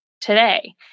today